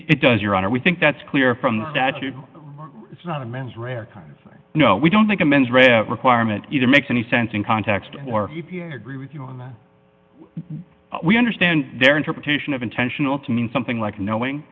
does your honor we think that's clear from the statute it's not a man's rare kind of thing you know we don't think a man's red requirement either makes any sense in context or agree with you on that we understand their interpretation of intentional to mean something like knowing